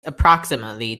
approximately